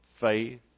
Faith